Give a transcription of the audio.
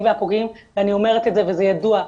והפוגעים ואני אומרת את זה וזה ידוע,